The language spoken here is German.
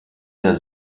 der